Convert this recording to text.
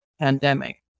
pandemic